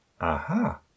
Aha